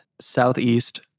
southeast